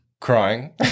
crying